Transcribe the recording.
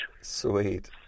Sweet